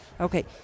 Okay